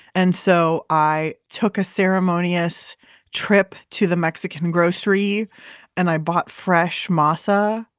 and so i took a ceremonious trip to the mexican grocery and i bought fresh masa.